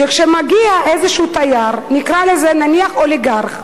כשמגיע איזה תייר, נקרא לו, נניח, אוליגרך,